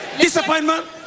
disappointment